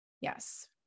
Yes